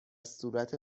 صورت